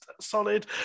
solid